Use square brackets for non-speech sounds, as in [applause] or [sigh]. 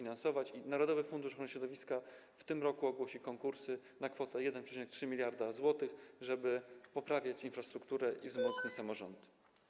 Narodowy fundusz ochrony środowiska w tym roku ogłosi konkursy na kwotę 1,3 mld zł, żeby poprawiać infrastrukturę i wzmocnić [noise] samorządy.